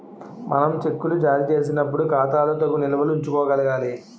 మనం చెక్కులు జారీ చేసినప్పుడు ఖాతాలో తగు నిల్వలు ఉంచుకోగలగాలి